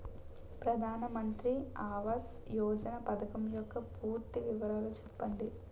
ప్రధాన మంత్రి ఆవాస్ యోజన పథకం యెక్క పూర్తి వివరాలు చెప్పండి?